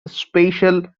special